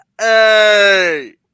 hey